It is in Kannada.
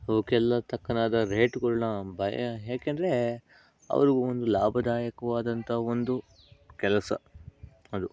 ಅವಕ್ಕೆಲ್ಲ ತಕ್ಕನಾದ ರೇಟುಗಳನ್ನ ಭಯ ಏಕೆಂದರೆ ಅವರು ಒಂದು ಲಾಭದಾಯಕವಾದಂಥ ಒಂದು ಕೆಲಸ ಅದು